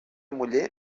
muller